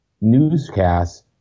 newscasts